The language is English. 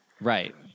Right